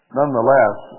nonetheless